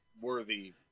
worthy